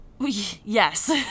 Yes